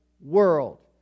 world